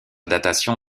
datation